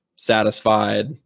satisfied